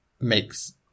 makes